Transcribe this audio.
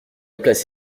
place